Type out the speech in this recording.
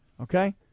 okay